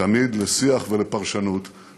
תמיד לשיח ולפרשנות,